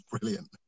brilliant